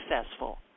successful